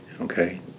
Okay